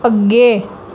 ਅੱਗੇ